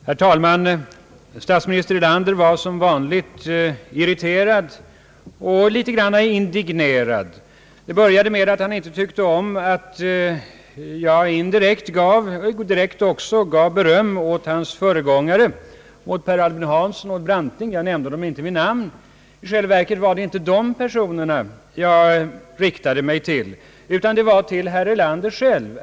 Herr talman! Statsminister Erlander var som vanligt irriterad och indignerad i sin replik. Det började med att han inte tyckte om att jag indirekt och även direkt berömde hans föregångare, Per Albin Hansson och Branting. Jag nämnde dem inte vid namn, och i själva verket var det inte de personerna jag avsåg utan det var herr Erlander själv jag riktade mig till.